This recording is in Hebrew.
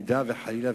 חס וחלילה